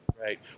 Right